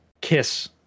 kiss